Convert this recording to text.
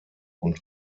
und